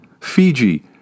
Fiji